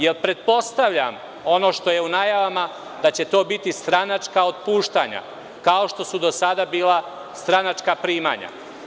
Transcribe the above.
Jer pretpostavljam, ono što je u najavama, da će to biti stranačka otpuštanja kao što su do sada bila stranačka primanja.